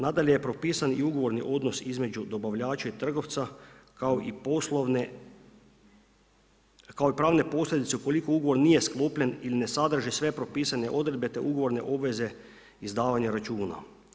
Nadalje je propisan i ugovorni odnos između dobavljača i trgovca kao i pravne posljedice ukoliko ugovor nije sklopljen ili ne sadrži sve propisane odredbe, te ugovorne obveze izdavanja računa.